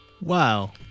Wow